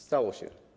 Stało się.